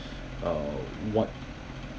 uh what